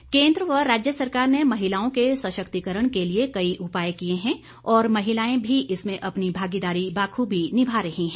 महिला दिवस केंद्र व राज्य सरकार ने महिलाओं के सशक्तीकरण के लिए कई उपाय किये हैं और महिलाएं भी इसमें अपनी भागीदारी बाखूभी निभा रही हैं